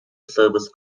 service